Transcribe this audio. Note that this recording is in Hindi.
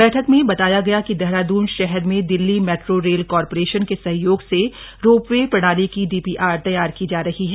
बैठक में बताया गया कि देहरादून शहर में दिल्ली मैट्रो रेल कॉरपोरेशन के सहयोग से रोप वे प्रणाली की डीपीआर तैयार की जा रही है